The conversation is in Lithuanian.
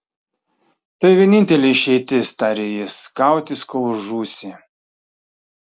tai vienintelė išeitis tarė jis kautis kol žūsi